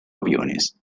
aviones